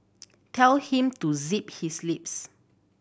tell him to zip his lips